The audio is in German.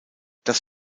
das